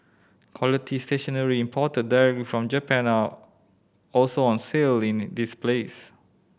quality stationery imported directly from Japan are also on sale in this place